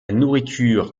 nourriture